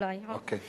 אוקיי.